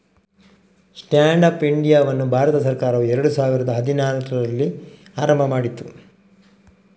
stand up ಇಂಡಿಯಾವನ್ನು ಭಾರತ ಸರ್ಕಾರವು ಎರಡು ಸಾವಿರದ ಹದಿನಾರರಲ್ಲಿ ಆರಂಭ ಮಾಡಿತು